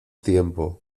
tiempo